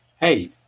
Hey